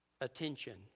attention